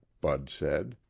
bud said.